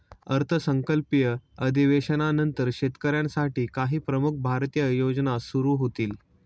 अर्थसंकल्पीय अधिवेशनानंतर शेतकऱ्यांसाठी काही प्रमुख भारतीय योजना सुरू होतील